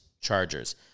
chargers